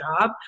job